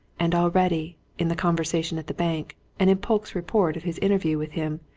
and already, in the conversation at the bank, and in polke's report of his interview with him,